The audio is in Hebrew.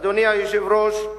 אדוני היושב-ראש,